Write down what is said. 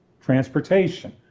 Transportation